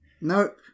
Nope